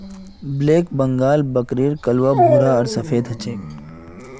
black Bengal बकरीर कलवा भूरा आर सफेद ह छे